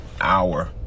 hour